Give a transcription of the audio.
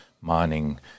mining